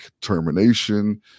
termination